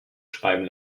schreiben